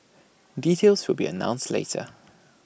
details will be announced later